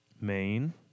Main